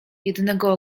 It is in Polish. jednego